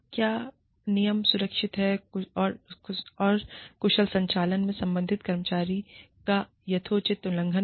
क्या नियम सुरक्षित और कुशल संचालन से संबंधित कर्मचारी का यथोचित उल्लंघन था